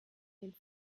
den